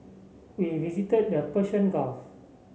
we visited the Persian Gulf